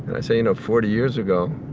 and i say, you know, forty years ago,